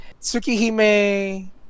Tsukihime